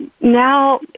now